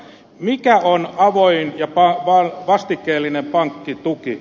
mikä on avoin ja vastikkeellinen pankkituki